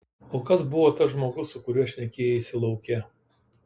o kas buvo tas žmogus su kuriuo šnekėjaisi lauke